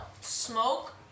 Smoke